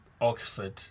Oxford